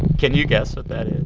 can you guess what that is?